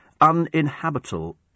uninhabitable